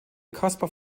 caspar